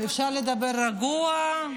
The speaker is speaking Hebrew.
אפשר לדבר רגוע.